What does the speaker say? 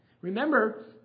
Remember